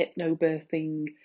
hypnobirthing